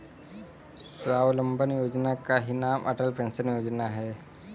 स्वावलंबन योजना का ही नाम अटल पेंशन योजना है